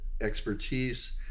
expertise